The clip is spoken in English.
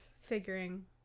figuring